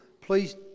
please